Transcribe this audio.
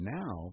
now